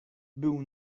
był